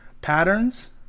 patterns